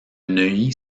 neuilly